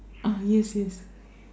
uh yes yes